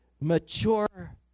mature